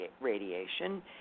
radiation